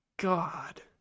God